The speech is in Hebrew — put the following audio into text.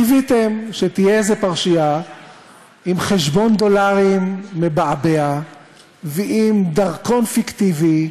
קיוויתם שתהיה איזו פרשייה עם חשבון דולרים מבעבע ועם דרכון פיקטיבי.